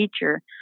teacher